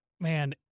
man